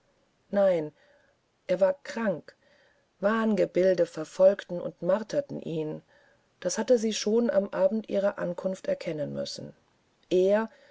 nein er war krank wahngebilde verfolgten und marterten ihn das hatte sie schon am abend ihrer ankunft erkennen müssen er